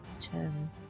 ten